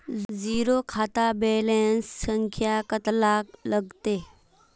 Zero खाता balance संख्या कतला लगते?